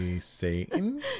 Satan